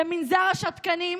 זה מנזר השתקנים,